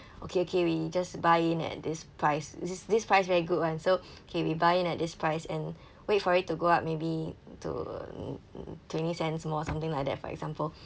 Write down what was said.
okay okay we just buy in at this price this this price very good [one] so okay we buy in at this price and wait for it to go up maybe to um um twenty cents more something like that for example